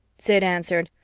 sid answered,